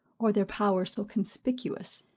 or their power so conspicuous,